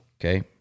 Okay